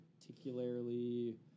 particularly